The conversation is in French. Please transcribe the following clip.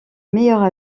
meilleurs